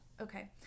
Okay